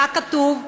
מה כתוב?